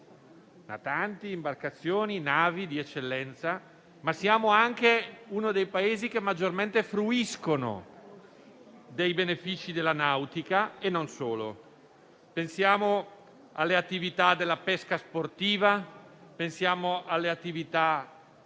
natanti, imbarcazioni e navi di eccellenza, ma siamo anche uno dei Paesi che maggiormente fruiscono dei benefici della nautica e non solo. Pensiamo alle attività della pesca sportiva, allo